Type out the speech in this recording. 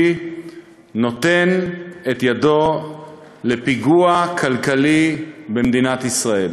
נותן את ידו לפיגוע כלכלי במדינת ישראל.